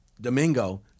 Domingo